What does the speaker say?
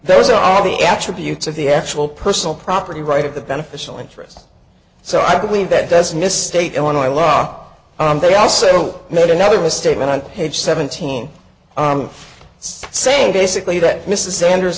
is all the attributes of the actual personal property right of the beneficial interest so i believe that doesn't this state illinois law they also made another a statement on page seventeen i'm saying basically that mrs sanders